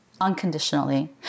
unconditionally